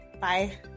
Bye